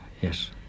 yes